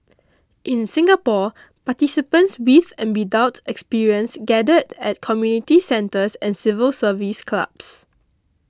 in Singapore participants with and without experience gathered at community centres and civil service clubs